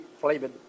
flavored